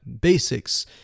basics